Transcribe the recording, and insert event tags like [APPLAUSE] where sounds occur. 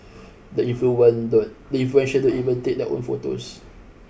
[NOISE] the [UNINTELLIGIBLE] influential don't even take their own photos